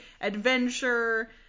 adventure